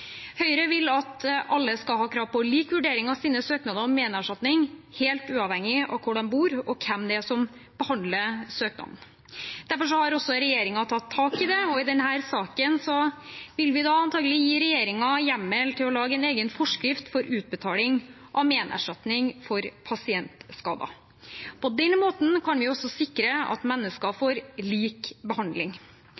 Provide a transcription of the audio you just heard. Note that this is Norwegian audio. Høyre vil at alle skal ha krav på lik vurdering av sine søknader om menerstatning, helt uavhengig av hvor de bor, og hvem det er som behandler søknaden. Derfor har også regjeringen tatt tak i dette, og i denne saken vil vi antakelig gi regjeringen hjemmel til å lage en egen forskrift for utbetaling av menerstatning for pasientskader. På den måten kan vi også sikre at mennesker